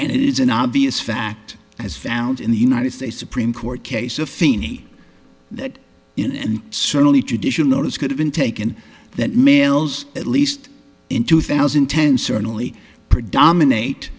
it is an obvious fact as found in the united states supreme court case of fini that in and certainly judicial notice could have been taken that males at least in two thousand and ten certainly predominate